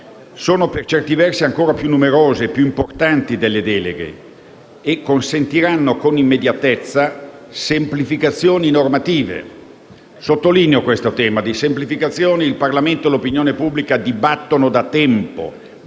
sono, per certi versi, ancora più numerose e importanti delle deleghe e consentiranno con immediatezza semplificazioni normative. Sottolineo questo tema: di semplificazioni il Parlamento e l’opinione pubblica dibattono da troppo